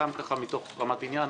סתם כך מתוך רמת עניין.